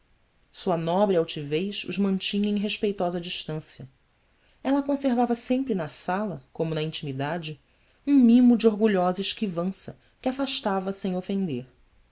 sua nobre altivez os mantinha em respeitosa distância ela conservava sempre na sala como na intimidade um mimo de orgulhosa esquivança que afastava sem ofender